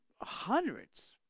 hundreds